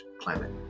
climate